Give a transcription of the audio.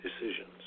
decisions